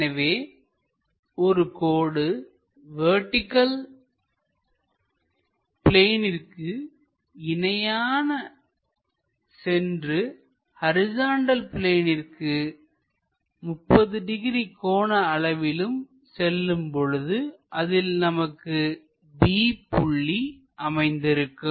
எனவே ஒரு கோடு வெர்டிகள் பிளேனிற்கு இணையாக சென்று ஹரிசாண்டல் பிளேனிற்கு 30 டிகிரி கோண அளவில் செல்லும் பொழுது அதில் நமக்கு B புள்ளி அமைந்திருக்கும்